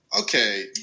okay